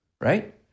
right